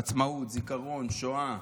עצמאות, זיכרון, שואה.